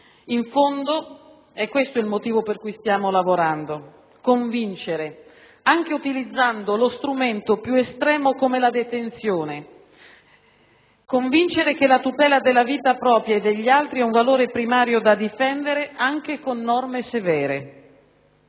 In fondo, è questo il motivo per cui stiamo lavorando: convincere, anche utilizzando lo strumento più estremo come la detenzione, che la tutela della vita propria e degli altri è un valore primario da difendere, anche con norme severe.